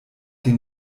den